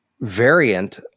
variant